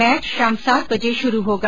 match शाम सात बजे शुरू होगा